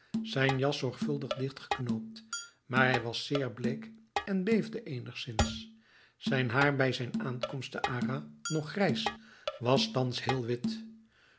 zijn jas zorgvuldig dichtgeknoopt maar hij was zeer bleek en beefde eenigszins zijn haar bij zijn aankomst te arras nog grijs was thans heel wit